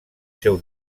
seu